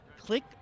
click